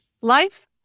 Life